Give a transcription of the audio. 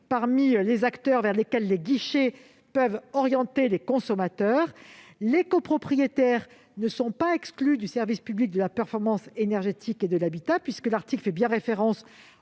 parmi les acteurs vers lesquels les guichets peuvent orienter les consommateurs. Les copropriétaires ne sont pas exclus du service public de la performance énergétique et de l'habitat, puisque l'article fait bien référence